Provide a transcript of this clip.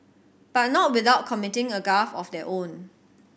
but not without committing a gaffe of their own